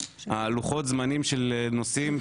לוחות הזמנים של נושאים,